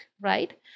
right